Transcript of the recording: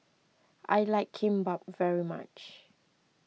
I like Kimbap very much